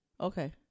okay